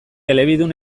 elebidun